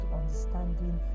understanding